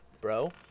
bro